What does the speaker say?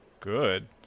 good